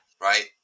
right